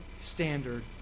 standard